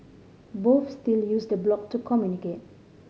both still use the blog to communicate